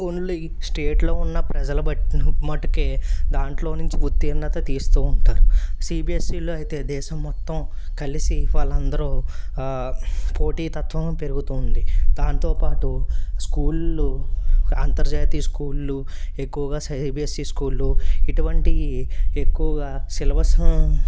only స్టేట్లో ఉన్న ప్రజల బట్టి మటుకే దాంట్లో నుంచి ఉత్తీర్ణత తీస్తూ ఉంటారు సీబీఎస్ఈలో అయితే దేశం మొత్తం కలిసి వాళ్ళందరూ పోటీతత్వం పెరుగుతుంది దాంతోపాటు స్కూళ్ళు అంతర్జాతీయ స్కూళ్ళు ఎక్కువగా సీ బీ ఎస్ ఈ స్కూళ్ళు ఇటువంటి ఎక్కువగా సిలబస్